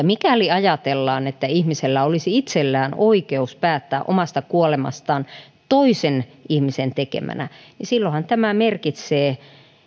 mikäli ajatellaan että ihmisellä olisi itsellään oikeus päättää omasta kuolemastaan toisen ihmisen tekemänä niin silloinhan tämä merkitsee